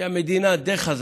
שהמדינה די חזקה: